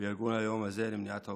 בארגון היום הזה למניעת אובדנות.